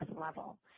level